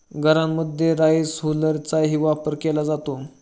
घरांमध्ये राईस हुलरचाही वापर केला जातो